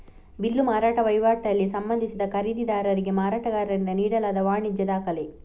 bill ಮಾರಾಟ ವೈವಾಟಲ್ಲಿ ಸಂಬಂಧಿಸಿದ ಖರೀದಿದಾರರಿಗೆ ಮಾರಾಟಗಾರರಿಂದ ನೀಡಲಾದ ವಾಣಿಜ್ಯ ದಾಖಲೆ